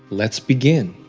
let's begin.